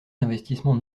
d’investissement